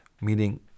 meaning